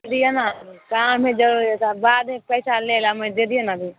दिअ ने काम है जरूरी बादमे पैसा ले लेब दे दिअ ने अभी